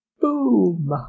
boom